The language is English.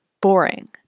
boring